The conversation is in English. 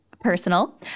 personal